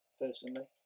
personally